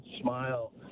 smile